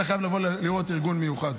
אתה חייב לבוא לראות ארגון מיוחד.